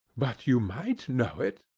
but you might know it,